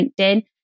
LinkedIn